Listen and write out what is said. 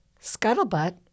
Scuttlebutt